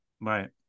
Right